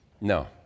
no